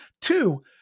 Two